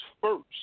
first